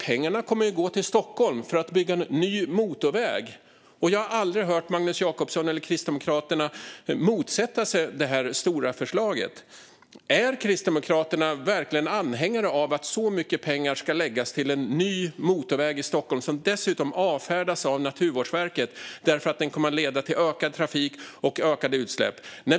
Pengarna kommer att gå till Stockholm för att bygga ny motorväg. Jag har aldrig hört Magnus Jacobsson eller Kristdemokraterna motsätta sig det här stora förslaget. Är Kristdemokraterna verkligen anhängare av att så mycket pengar ska läggas på en ny motorväg i Stockholm, som dessutom avfärdas av Naturvårdsverket eftersom den kommer att leda till ökad trafik och ökade utsläpp?